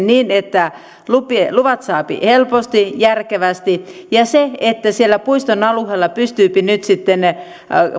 niin että luvat saa helposti ja järkevästi ja siellä puiston alueella pystyvät nyt sitten